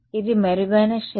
ఇది మెరుగైన క్షయం